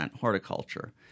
horticulture